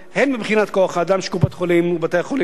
הן מבחינת כוח-האדם של קופות-החולים ובתי-החולים,